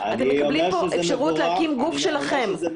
אתם מקבלים פה אפשרות להקים גוף שלכם.